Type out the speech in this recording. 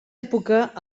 època